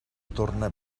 torna